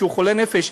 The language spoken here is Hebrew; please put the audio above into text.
שהוא חולה נפש,